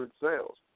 sales